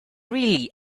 really